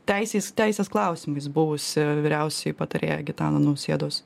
teisės teisės klausimais buvusi vyriausioji patarėja gitano nausėdos